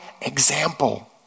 example